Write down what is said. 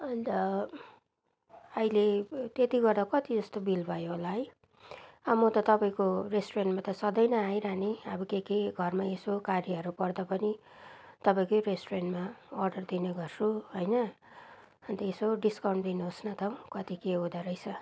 अन्त आहिले त्यति गरेर कति जस्तो बिल भयो होला है म त तपाईँको रेस्टुरेन्टमा त सधैँ नै आइरहने अब के के घरमा यसो कार्यहरू पर्दा पनि तपाईँकै रेस्टुरेन्टमा अर्डर दिने गर्छु होइन अन्त यसो डिस्काउन्ट दिनुहोस् न त कति के हुँदो रहेछ